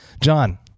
John